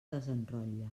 desenrotlla